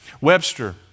Webster